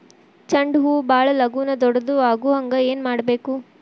ಚಂಡ ಹೂ ಭಾಳ ಲಗೂನ ದೊಡ್ಡದು ಆಗುಹಂಗ್ ಏನ್ ಮಾಡ್ಬೇಕು?